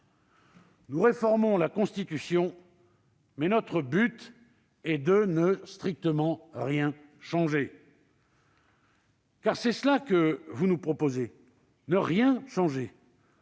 Nous réformons la Constitution, mais notre but est de ne strictement rien changer ». Or c'est cela que vous nous proposez, ne rien changer